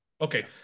Okay